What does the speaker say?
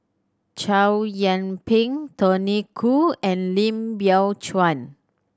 Chow Yian Ping Tony Khoo and Lim Biow Chuan